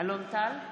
אלון טל, נגד דסטה